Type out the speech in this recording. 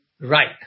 right